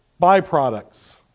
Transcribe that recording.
byproducts